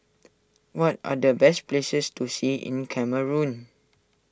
what are the best places to see in Cameroon